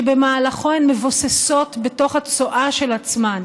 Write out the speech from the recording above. שבמהלכו הן מבוססות בתוך הצואה של עצמן,